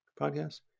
podcast